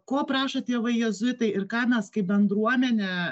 ko prašo tėvai jėzuitai ir ką mes kaip bendruomenė